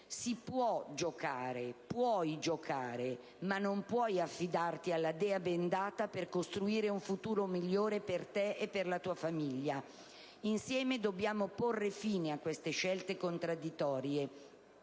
ed inequivocabile: puoi giocare ma non puoi affidarti alla dea bendata per costruire un futuro migliore per te e per la tua famiglia. Insieme dobbiamo porre fine a queste scelte contraddittorie.